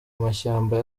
mashyamba